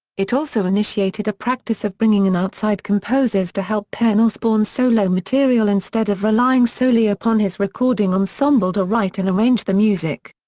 it also initiated a practice of bringing in outside composers to help pen osbourne's solo material instead of relying solely upon his recording ensemble to write and arrange the music.